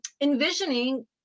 envisioning